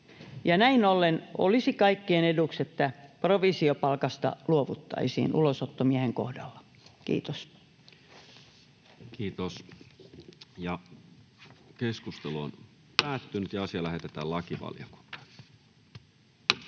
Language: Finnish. Näin ollen olisi kaikkien eduksi, että provisiopalkasta luovuttaisiin ulosottomiehen kohdalla. — Kiitos. Lähetekeskustelua varten esitellään päiväjärjestyksen